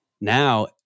now